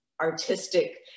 artistic